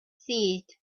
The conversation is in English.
seized